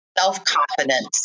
self-confidence